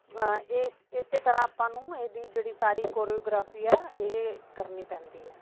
ਇਸ ਇਸ ਤਰ੍ਹਾਂ ਆਪਾਂ ਨੂੰ ਇਹਦੀ ਜਿਹੜੀ ਸਾਰੀ ਕੋਰੀਓਗ੍ਰਾਫੀ ਹੈ ਇਹ ਕਰਨੀ ਪੈਂਦੀ ਹੈ